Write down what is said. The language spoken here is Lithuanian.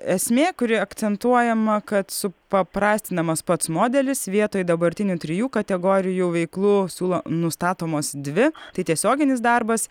esmė kuri akcentuojama kad supaprastinamas pats modelis vietoj dabartinių trijų kategorijų veiklų siūlo nustatomos dvi tai tiesioginis darbas